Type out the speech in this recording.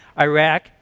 Iraq